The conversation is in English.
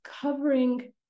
covering